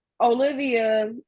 Olivia